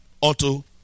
auto